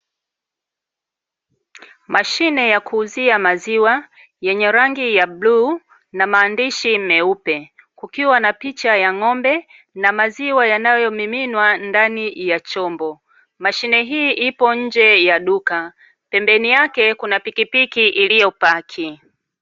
Mashine ya kuuzia maziwa yenye rangi ya bluu na maandishi meupe, kukiwa na picha ya ng'ombe na maziwa yanayomiminwa ndani ya chombo. Mashine hii ipo nje ya duka pembeni yake kuna pikipiki iliyopaki.